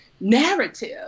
narrative